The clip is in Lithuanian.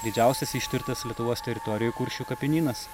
didžiausias ištirtas lietuvos teritorijoj kuršių kapinynas